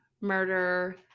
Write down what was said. murder